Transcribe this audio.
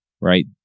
right